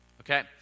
Okay